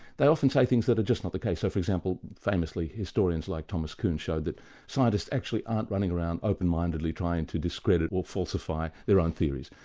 they often say things that are just not the case. so, for example, famously historians like thomas coombes show that scientists actually aren't running around open-mindedly trying to discredit or falsify their own theories.